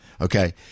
okay